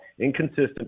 inconsistent